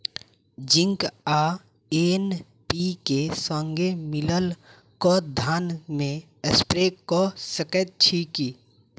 Zinc आ NPK, संगे मिलल कऽ धान मे स्प्रे कऽ सकैत छी की?